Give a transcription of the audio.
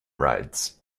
rides